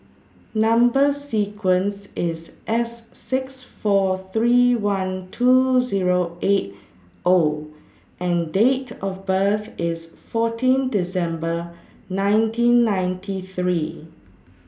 Number sequence IS S six four three one two Zero eight O and Date of birth IS fourteen December nineteen ninety three